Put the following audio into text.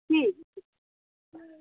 ठीक